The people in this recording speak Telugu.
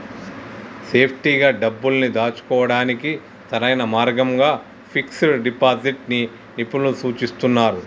సేఫ్టీగా డబ్బుల్ని దాచుకోడానికి సరైన మార్గంగా ఫిక్స్డ్ డిపాజిట్ ని నిపుణులు సూచిస్తున్నరు